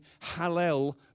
Hallel